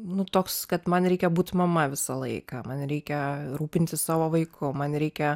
nu toks kad man reikia būt mama visą laiką man reikia rūpintis savo vaiku man reikia